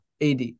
AD